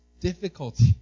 difficulty